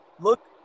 look